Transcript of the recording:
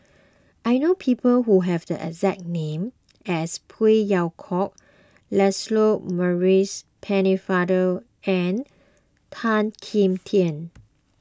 I know people who have the exact name as Phey Yew Kok Lancelot Maurice Pennefather and Tan Kim Tian